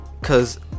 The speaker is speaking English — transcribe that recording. cause